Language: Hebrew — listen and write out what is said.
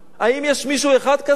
האם יש מישהו אחד כזה?